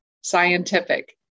scientific